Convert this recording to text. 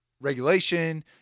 regulation